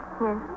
Yes